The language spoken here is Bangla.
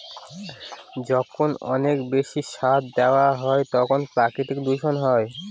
যখন অনেক বেশি সার দেওয়া হয় তখন প্রাকৃতিক দূষণ হয়